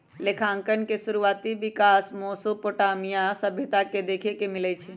लेखांकन के शुरुआति विकास मेसोपोटामिया के सभ्यता में देखे के मिलइ छइ